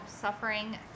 suffering